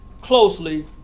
closely